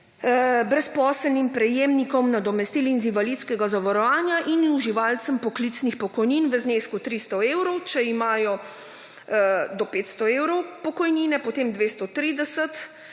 brezposelnim prejemnikom nadomestil iz invalidskega zavarovanja in uživalcem poklicnih pokojnin v znesku 300 evrov, če imajo do 500 evrov pokojnine, potem 230 in